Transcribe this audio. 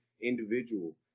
individual